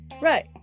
Right